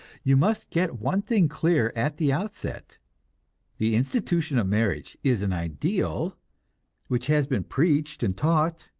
you must get one thing clear at the outset the institution of marriage is an ideal which has been preached and taught,